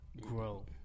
grow